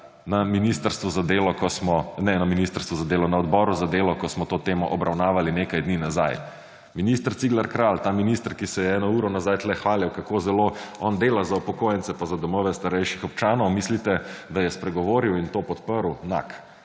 na odboru za delo, ko smo to temo obravnavali nekaj dni nazaj. Minister Cigler Kralj, ta minister, ki se je eno uro nazaj tukaj hvalil, kako zelo on dela za upokojence in za domove starejših občanov, mislite, da je spregovoril in to podprl? Nak,